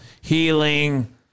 healing